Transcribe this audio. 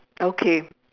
okay